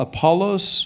Apollos